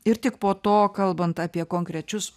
ir tik po to kalbant apie konkrečius